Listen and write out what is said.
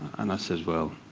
and i says, well,